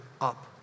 up